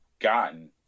gotten